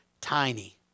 tiny